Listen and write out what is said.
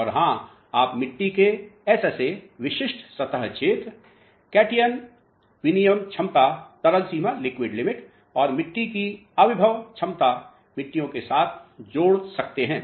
और हां आप मिट्टी के एसएसए विशिष्ट सतह क्षेत्र कटियन विनिमय क्षमता तरल सीमा और मिट्टी की आविभव क्षमता मिट्टियो के साथ जोड़ सकते हैं